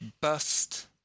bust